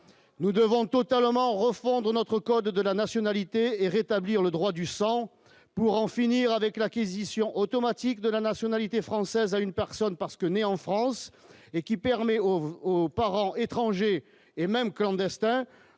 nous devons totalement refondre notre code de la nationalité et rétablir le droit du sang, pour en finir avec l'acquisition automatique de la nationalité française à une personne parce que nés en France et qui permet aussi aux parents étrangers et même clandestins